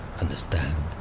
Understand